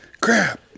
Crap